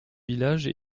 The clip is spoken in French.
village